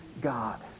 God